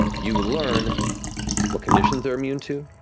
you learn what conditions they're immune to,